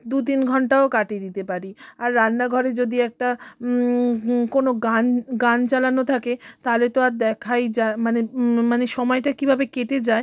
দু তিন ঘণ্টাও কাটিয়ে দিতে পারি আর রান্নাঘরে যদি একটা কোনো গান গান চালানো থাকে তাহলে তো আর দেখাই যা মানে মানে সময়টা কীভাবে কেটে যায়